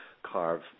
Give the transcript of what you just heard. carve